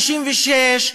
1956,